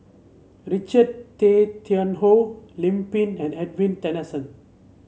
Richard Tay Tian Hoe Lim Pin and Edwin Tessensohn